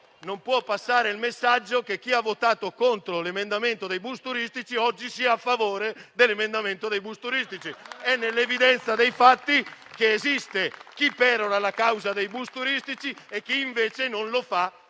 non può passare il messaggio che chi ha votato contro l'emendamento sui bus turistici oggi sia a favore dell'emendamento sui bus turistici. È nell'evidenza dei fatti che esiste chi perora la causa dei bus turistici e chi, invece, con il